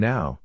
Now